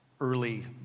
early